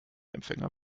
empfänger